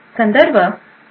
संदर्भ 1